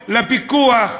לפיקוח,